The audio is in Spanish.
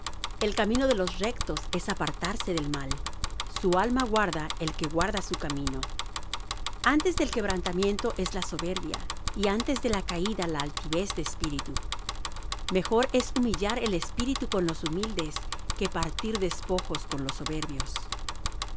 el camino de los rectos es apartarse del mal su alma guarda el que guarda su camino antes del quebrantamiento es la soberbia y antes de la caída la altivez de espíritu mejor es humillar el espíritu con los humildes que partir despojos con los soberbios